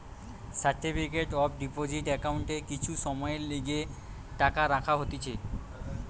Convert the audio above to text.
certificate of deposit একাউন্টে কিছু সময়ের লিগে টাকা রাখা হতিছে